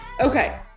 Okay